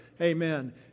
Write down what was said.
Amen